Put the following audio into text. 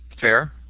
fair